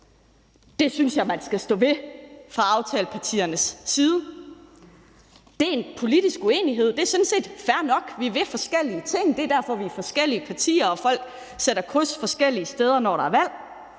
Det synes jeg at man skal stå ved fra aftalepartiernes side. Det er en politisk uenighed. Det er sådan set fair nok. Vi vil forskellige ting. Det er derfor, at vi er forskellige partier og folk sætter kryds forskellige steder, når der er valg.